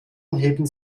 heben